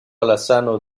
alazano